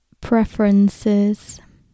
preferences